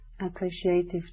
Appreciative